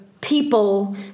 people